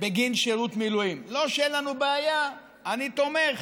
בגין שירות מילואים, לא שאין לנו בעיה: אני תומך